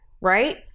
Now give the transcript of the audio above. right